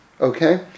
Okay